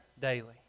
daily